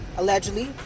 allegedly